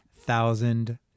thousand